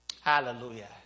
hallelujah